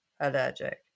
allergic